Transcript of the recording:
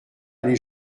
aller